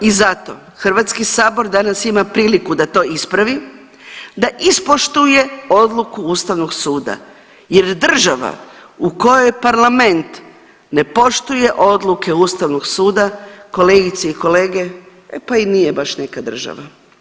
I zato HS danas ima priliku da to ispravi, da ispoštuje odluku ustavnog suda jer država u kojoj parlament ne poštuje odluke ustavnog suda kolegice i kolege, e pa i nije baš neka država.